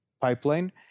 pipeline